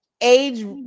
age